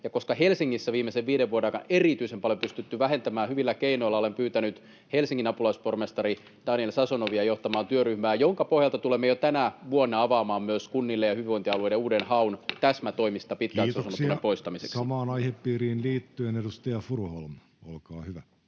Ja koska Helsingissä viimeisen viiden vuoden aikana on erityisen paljon pystytty vähentämään hyvillä keinoilla, olen pyytänyt Helsingin apulaispormestari Daniel Sazonovia johtamaan työryhmää, jonka pohjalta tulemme jo tänä vuonna avaamaan myös kunnille ja hyvinvointialueille uuden haun täsmätoimista pitkäaikaisasunnottomuuden poistamiseksi. Samaan aihepiiriin liittyen, edustaja Furuholm, olkaa hyvä.